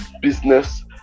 business